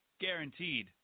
Guaranteed